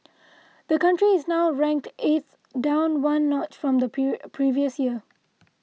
the country is now ranked eighth down one notch from the previous year